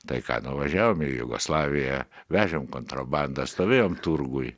tai ką nuvažiavom į jugoslaviją vežėm kontrabandą stovėjom turguj